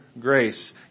grace